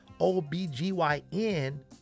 OBGYN